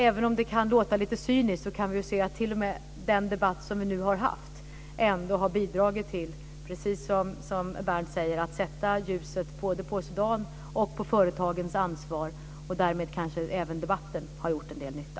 Även om det kan låta lite cyniskt, kan vi se att t.o.m. den debatt som vi nu har haft ändå har bidragit till, som Berndt Ekholm säger, att sätta ljuset både på Sudans och på företagens ansvar. Därmed kanske även debatten har gjort en del nytta.